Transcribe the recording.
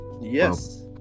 Yes